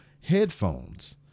headphones